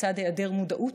לצד היעדר מודעות,